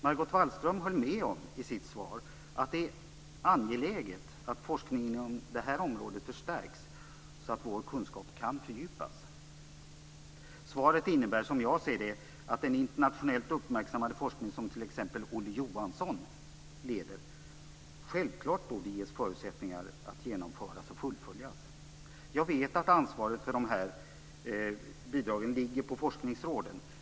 Margot Wallström höll i sitt svar med om att det är "angeläget att forskningen inom det här området förstärks så att vår kunskap kan fördjupas." Svaret innebär som jag ser det att den internationellt uppmärksammade forskning som t.ex. Olle Johansson leder självklart borde ges förutsättningar att genomföras och fullföljas. Jag vet att ansvaret för de här bidragen ligger på forskningsråden.